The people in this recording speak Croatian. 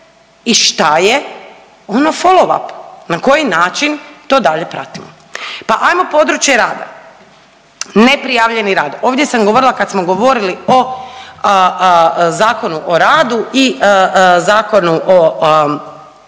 i šta je ono follow up na koji način to dalje pratimo. Pa ajmo područje rada, neprijavljeni rad, ovdje sam govorila kad smo govorili o Zakonu o radu i Zakonu o